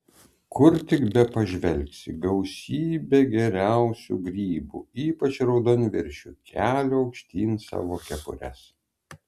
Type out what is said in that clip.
kur tik bepažvelgsi gausybė geriausių grybų ypač raudonviršių kelia aukštyn savo kepures